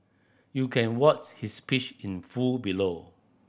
you can watch his speech in full below